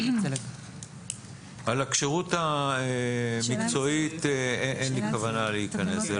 על הכשירות המקצועית אין לי כוונה להיכנס.